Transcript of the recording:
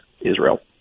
Israel